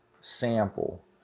sample